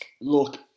Look